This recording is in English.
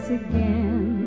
again